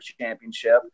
championship